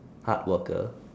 hard worker